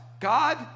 God